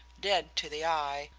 dead to the eye,